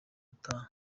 ubutaha